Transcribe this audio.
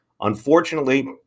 Unfortunately